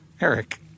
Eric